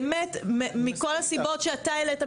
מכל הסיבות שאתה העלית,